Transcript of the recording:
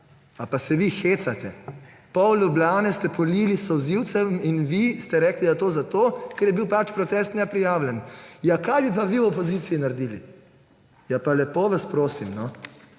A pa se hecate? Pol Ljubljane ste polili s solzivcem in vi ste rekli, da to zato, ker je bil protest neprijavljen. Ja kaj bi pa vi v opoziciji naredili? Ja, pa lepo vas prosim.